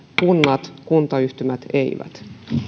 kunnat kuntayhtymät eivät